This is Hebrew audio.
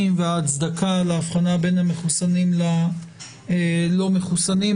וההצדקה להבחנה בין המחוסנים ללא מחוסנים,